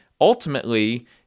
ultimately